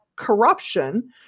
corruption